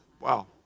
Wow